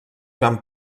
van